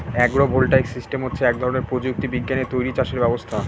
আগ্র voltaic system হচ্ছে এক ধরনের প্রযুক্তি বিজ্ঞানে তৈরী চাষের ব্যবস্থা